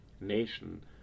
nation